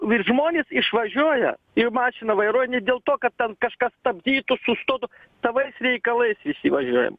ir žmonės išvažiuoja ir mašiną vairuoja ne dėl to kad ten kažkas stabdytų sustotų savais reikalais visi važiuojam